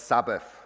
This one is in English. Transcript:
Sabbath